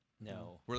no